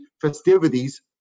festivities